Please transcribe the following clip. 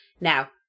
Now